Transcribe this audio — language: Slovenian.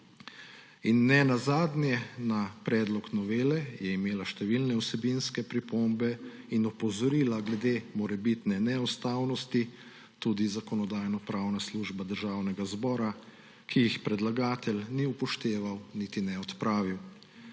In nenazadnje, na predlog novele je imela številne vsebinske pripombe in opozorila glede morebitne neustavnosti tudi Zakonodajno-pravna služba Državnega zbora, ki jih predlagatelj ni upošteval niti ne odpravil.